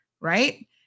Right